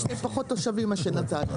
יש להם פחות תושבים מאשר נתניה,